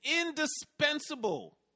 indispensable